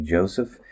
Joseph